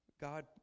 God